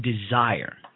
desire